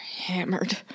hammered